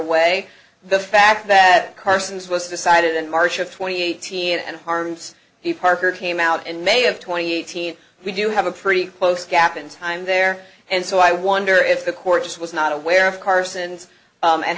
way the fact that carson's was decided in march of twenty eight and harms he parker came out and may have twenty eighteen we do have a pretty close gap in time there and so i wonder if the court just was not aware of carson's and